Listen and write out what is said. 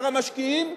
שאר המשקיעים,